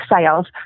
sales